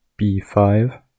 b5